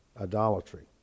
idolatry